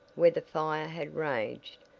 where the fire had raged,